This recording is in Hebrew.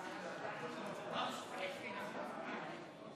אי-אמון בממשלה לא נתקבלה.